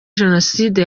jenoside